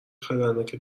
خطرناک